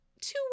two